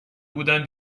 بودن